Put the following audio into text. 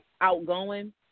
outgoing